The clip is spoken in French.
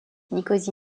nicosie